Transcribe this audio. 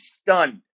stunned